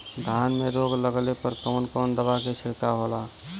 धान में रोग लगले पर कवन कवन दवा के छिड़काव होला?